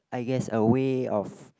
I guess a way of